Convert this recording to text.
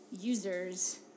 users